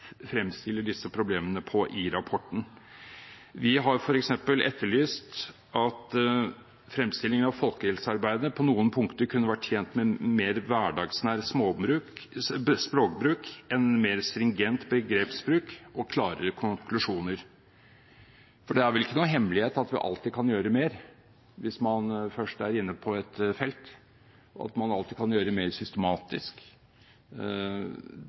fremstiller disse problemene på i rapporten. Vi har f.eks. etterlyst at fremstillingen av folkehelsearbeidet på noen punkter kunne vært tjent med en mer hverdagsnær språkbruk, en mer stringent begrepsbruk og klarere konklusjoner. For det er vel ikke noen hemmelighet at man alltid kan gjøre mer hvis man først er inne på et felt, at man alltid kan gjøre det mer systematisk.